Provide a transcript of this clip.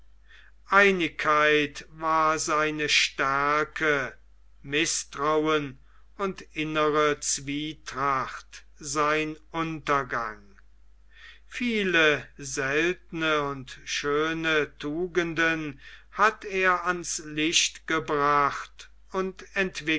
einigkeit war seine stärke mißtrauen und innere zwietracht sein untergang viele seltene und schöne tugenden hat er ans licht gebracht und